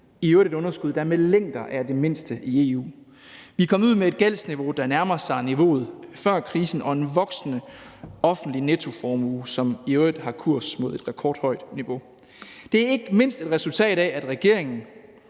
i øvrigt et underskud, der med længder er det mindste i EU. Vi er kommet ud med et gældsniveau, der nærmer sig niveauet før krisen, og en voksende offentlig nettoformue, som i øvrigt har kurs mod et rekordhøjt niveau. Det er ikke mindst et resultat af, at regeringen